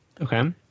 Okay